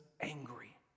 angry